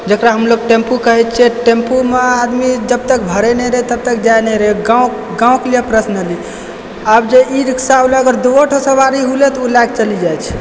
जकरा हमलोग टेम्पू कहै छियै टेम्पूमे आदमी जबतक भरि नहि दै तबतक जाय नहि रहै गाँवके लिए पर्सनली आब जे ई रिक्शावला अगर दुवोठो सवारी हुलै तऽ उ लए कऽ चलि जाइ छै